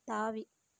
தாவி